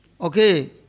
okay